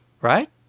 right